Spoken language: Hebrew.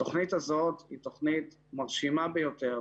התוכנית הזאת היא תוכנית מרשימה ביותר,